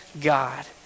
God